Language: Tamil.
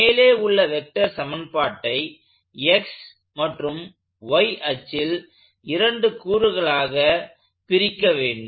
மேலே உள்ள வெக்டர் சமன்பாட்டை x மற்றும் y அச்சில் இரண்டு கூறுகளாக பிரிக்க வேண்டும்